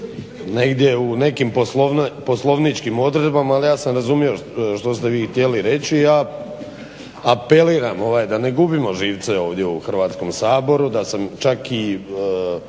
negdje u nekim poslovničkim odredbama ali ja sam razumio što ste vi htjeli reći. Ja apeliram da ne gubimo živce ovdje u Hrvatskom saboru, da sam čak i